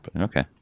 Okay